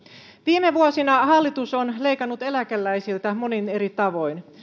viime vuosina hallitus on leikannut eläkeläisiltä monin eri tavoin